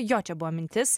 jo čia buvo mintis